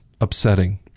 upsetting